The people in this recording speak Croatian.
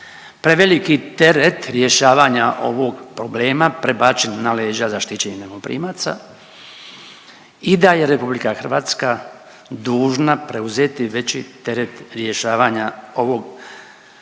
preveliki teret rješavanja ovog problema prebačen na leđa zaštićenih najmoprimaca i da je Republika Hrvatska dužna preuzeti veći teret rješavanja ovog problema,